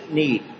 need